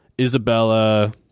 isabella